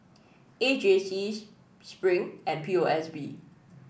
A J C Spring and P O S B